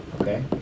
okay